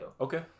Okay